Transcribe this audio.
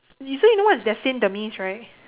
you say you know what is destined demise right